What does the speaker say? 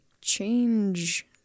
change